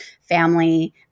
family